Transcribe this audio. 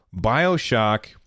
Bioshock